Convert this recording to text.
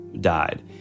died